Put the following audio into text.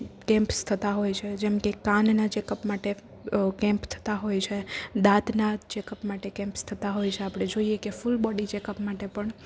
campus થતાં હોય છે જેમકે કાનના ચેકઅપ માટે કેમ્પ થતાં હોય છે દાંતના ચેકઅપ માટે કેમ્પસ થતાં હોય છે આપણે જોઈએ કે ફૂલ બોડી ચેકઅપ માટે પણ